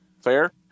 Fair